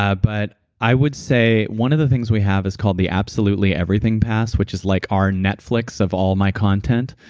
ah but i would say one of the things we have is called the absolutely everything pass, which is like our netflix of all my content,